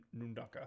Nundaka